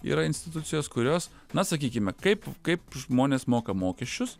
yra institucijos kurios na sakykime kaip kaip žmonės moka mokesčius